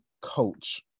coach